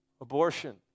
Abortion